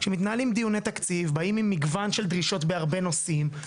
כשמתנהלים דיוני תקציב באים עם מגוון של דרישות בהרבה נושאים.